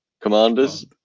commanders